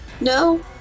No